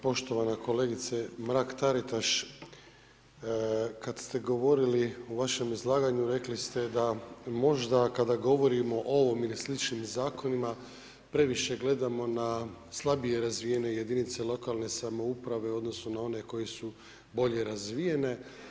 Poštovana kolegice Mrak Taritaš, kad ste govorili u vašem izlaganju, rekli ste, da možda kad govorimo o ovome ili sličnim zakonima, previše gledamo na slabije razvijenije jedinica lokalne samouprave, u odnosu na one koje su bolje razvijene.